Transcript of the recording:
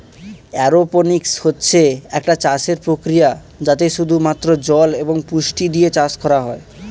aeroponics হচ্ছে একটা চাষের প্রক্রিয়া যাতে শুধু মাত্র জল এবং পুষ্টি দিয়ে চাষ করা হয়